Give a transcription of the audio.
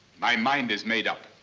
my mind is made up.